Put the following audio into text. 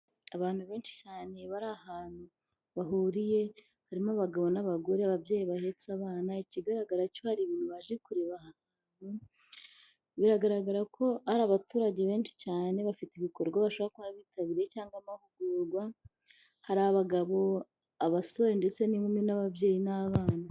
Abantu benshi cyane bari ahantu bahuriye harimo abagabo n'abagore, ababyeyi bahetse abana, ikigaragara cyo hari ibintu baje kureba biragaragara ko ari abaturage benshi cyane bafite ibikorwa bashaka kuba bitabiriye cyangwa amahugurwa. Hari abagabo, abasore ndetse n'inkumi n'ababyeyi n'abana.